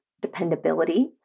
dependability